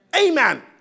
Amen